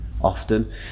often